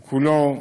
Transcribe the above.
כולו,